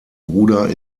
bruder